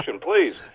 please